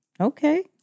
Okay